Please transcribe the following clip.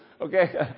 Okay